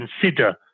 consider